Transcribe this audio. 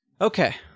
okay